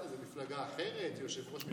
זו מפלגה אחרת, יושב-ראש מפלגה.